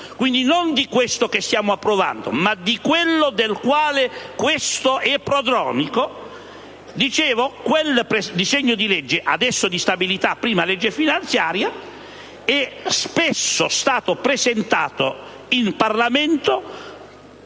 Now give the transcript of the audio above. riferendo non a questo che stiamo esaminando, ma a quello del quale questo è prodromico). Ebbene, quel disegno di legge - adesso di stabilità, prima legge finanziaria - è stato spesso presentato in Parlamento